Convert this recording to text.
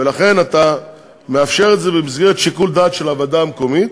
ולכן אתה מאפשר את זה במסגרת שיקול דעת של הוועדה המקומית.